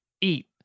eat